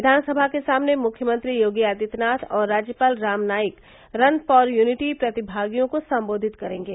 विधानसभा के सामने मुख्यमंत्री योगी आदित्यनाथ और राज्यपाल Ram Naik run for unity प्रतिभागियों को संबोधित करेंगे